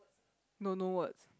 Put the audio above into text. no no words